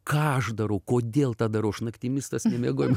ką aš darau kodėl tą darau aš naktimis tas nemigojimas